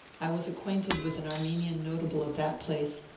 i was acquainted with an armenian notable of that place,